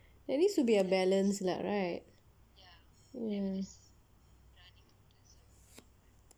at least would be a balance lah right ya